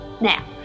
Now